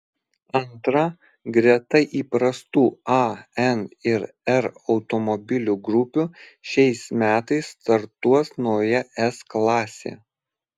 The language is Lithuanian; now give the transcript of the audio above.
antra greta įprastų a n ir r automobilių grupių šiais metais startuos nauja s klasė